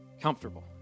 comfortable